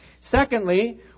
Secondly